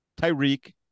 Tyreek